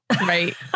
Right